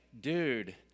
dude